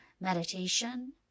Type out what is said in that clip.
meditation